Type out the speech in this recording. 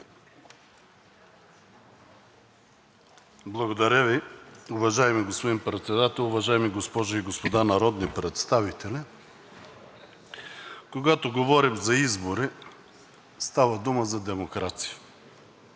Благодаря Ви. Уважаеми господин Председател, уважаеми госпожи и господа народни представители! Когато говорим за избори, става дума за демокрация.